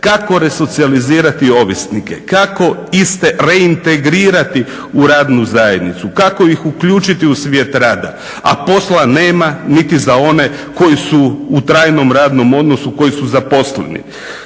kako resocijalizirati ovisnike, kako iste reintegrirati u radnu zajednicu, kako ih uključiti u svijet rada? A posla nema niti za one koji su u trajnom radnom odnosu, koji su zaposleni.